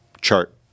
chart